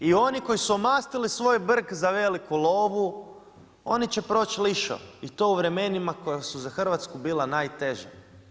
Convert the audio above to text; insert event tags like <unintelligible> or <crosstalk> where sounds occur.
I oni koji su omastili svoj brk za veliku lovu oni će proći … <unintelligible> i to u vremenima koja su za Hrvatsku bila najteža.